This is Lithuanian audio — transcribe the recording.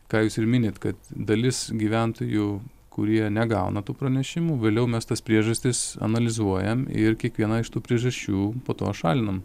ką jūs ir minit kad dalis gyventojų kurie negauna tų pranešimų vėliau mes tas priežastis analizuojam ir kiekvieną iš tų priežasčių po to šalinam